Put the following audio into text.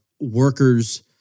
workers